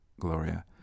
Gloria